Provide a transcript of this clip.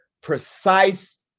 precise